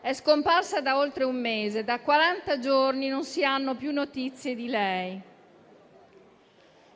è scomparsa da oltre un mese: da quaranta giorni non si hanno più sue notizie.